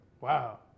Wow